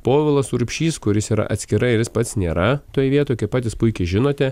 povilas urbšys kuris yra atskirai ir jis pats nėra toj vietoj kaip patys puikiai žinote